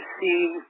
see